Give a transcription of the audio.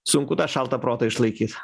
sunku tą šaltą protą išlaikyt